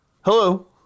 Hello